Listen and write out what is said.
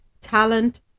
talent